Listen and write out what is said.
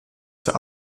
zur